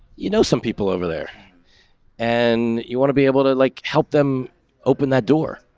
you know, some people over there and you want to be able to, like, help them open that door.